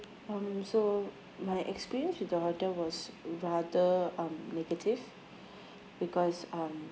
um so my experience with the hotel was rather um negative because um